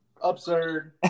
Absurd